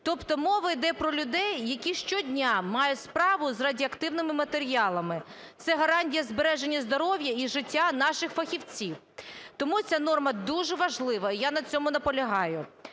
Тобто мова йде про людей, які щодня мають справу з радіоактивними матеріалами. Це гарантія збереження здоров'я і життя наших фахівців. Тому ця норма дуже важлива і я на цьому наполягаю.